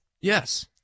Yes